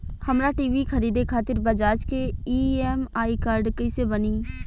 हमरा टी.वी खरीदे खातिर बज़ाज़ के ई.एम.आई कार्ड कईसे बनी?